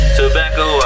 tobacco